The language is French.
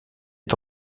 est